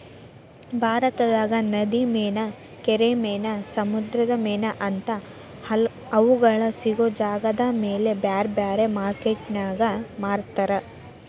ಭಾರತದಾಗ ನದಿ ಮೇನಾ, ಕೆರಿ ಮೇನಾ, ಸಮುದ್ರದ ಮೇನಾ ಅಂತಾ ಅವುಗಳ ಸಿಗೋ ಜಾಗದಮೇಲೆ ಬ್ಯಾರ್ಬ್ಯಾರೇ ಮಾರ್ಕೆಟಿನ್ಯಾಗ ಮಾರ್ತಾರ